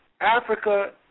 Africa